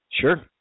sure